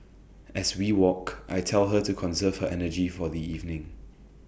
as we walk I tell her to conserve her energy for the evening